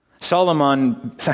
Solomon